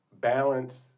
balance